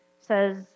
says